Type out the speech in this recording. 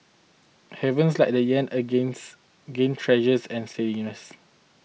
havens like the yen against again treasuries and steadied nice